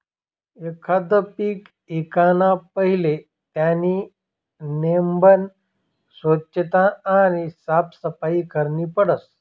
एखांद पीक ईकाना पहिले त्यानी नेमबन सोच्छता आणि साफसफाई करनी पडस